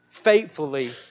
faithfully